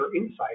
insight